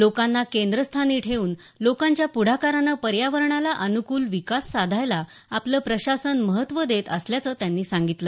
लोकांना केंद्रस्थानी ठेऊन लोकांच्या प्ढाकारानं पर्यावरणाला अन्कल विकास साधायला आपलं प्रशासन महत्त्व देत असल्याचं त्यांनी सांगितलं